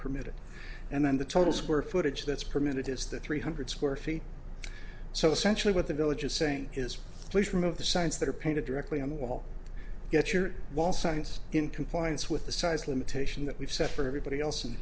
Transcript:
permitted and then the total square footage that's permitted is the three hundred square feet so essentially what the village is saying is please remove the science that are painted directly on the wall get your wall science in compliance with the size limitation that we've set for everybody else in the